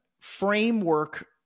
framework